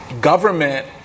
government